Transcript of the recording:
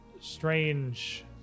strange